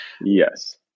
Yes